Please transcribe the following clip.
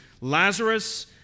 Lazarus